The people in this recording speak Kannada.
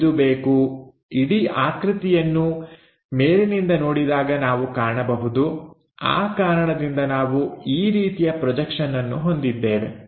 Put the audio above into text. ಇದು ಬೇಕು ಇಡೀ ಆಕೃತಿಯನ್ನು ಮೇಲಿನಿಂದ ನೋಡಿದಾಗ ನಾವು ಕಾಣಬಹುದು ಆ ಕಾರಣದಿಂದ ನಾವು ಈ ರೀತಿಯ ಪ್ರೊಜೆಕ್ಷನ್ಅನ್ನು ಹೊಂದಿದ್ದೇವೆ